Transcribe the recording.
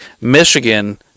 Michigan